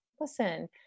listen